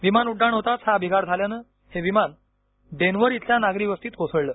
विमान उड्डाण होताच हा बिघाड झाल्यानं हे विमान डेनवर इथल्या नागरी वस्तीत कोसळलं